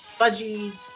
fudgy